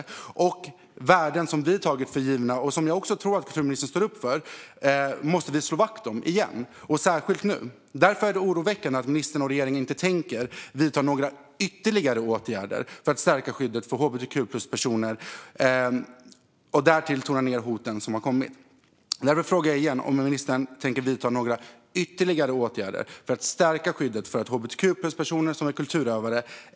Vi behöver, särskilt nu, slå vakt om värden som vi tagit för givna och som jag tror att också kulturministern står upp för. Det är oroväckande att ministern och regeringen inte tänker vidta några ytterligare åtgärder för att stärka skyddet för hbtq-plus-personer och att man därtill tonar ned hoten som har kommit. Därför frågar jag igen om ministern tänker vidta några ytterligare åtgärder för att stärka skyddet för hbtq-plus-personer som är kulturutövare.